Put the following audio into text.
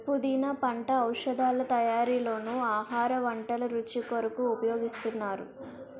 పుదీనా పంట ఔషధాల తయారీలోనూ ఆహార వంటల రుచి కొరకు ఉపయోగిస్తున్నారు